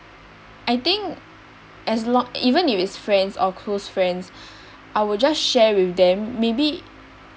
I think as long even if it's friends or close friends I will just share with them maybe